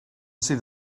sydd